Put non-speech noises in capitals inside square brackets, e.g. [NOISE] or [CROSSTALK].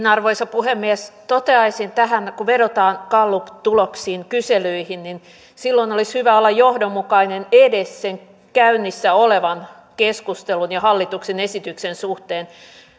[UNINTELLIGIBLE] arvoisa puhemies toteaisin tähän että kun vedotaan galluptuloksiin kyselyihin niin silloin olisi hyvä olla johdonmukainen edes sen käynnissä olevan keskustelun ja hallituksen esityksen suhteen